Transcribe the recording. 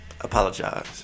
Apologize